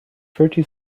thirty